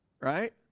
Right